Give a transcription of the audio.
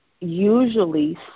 usually